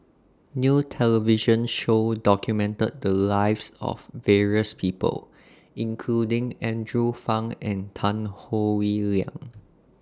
New television Show documented The Lives of various People including Andrew Phang and Tan Howe Liang